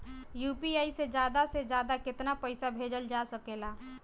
UPI से ज्यादा से ज्यादा केतना पईसा भेजल जा सकेला?